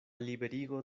liberigo